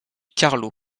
carlo